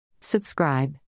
Subscribe